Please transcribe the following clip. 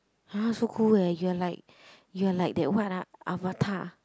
!huh! so cool eh you are like you are like that what uh avatar